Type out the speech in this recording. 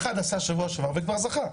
אחד עשה בשבוע שעבר וכבר זכה.